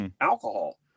alcohol